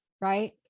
Right